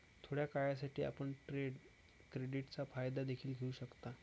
थोड्या काळासाठी, आपण ट्रेड क्रेडिटचा फायदा देखील घेऊ शकता